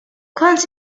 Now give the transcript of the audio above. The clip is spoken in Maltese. kont